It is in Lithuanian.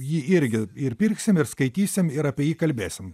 jį irgi ir pirksim ir skaitysim ir apie jį kalbėsim